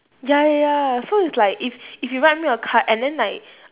ya ya ya so it's like if if you write me a card and then like